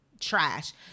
trash